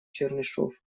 чернышев